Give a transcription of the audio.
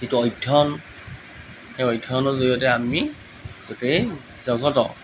যিটো অধ্যয়ন সেই অধ্যয়নৰ জৰিয়তে আমি গোটেই জগতক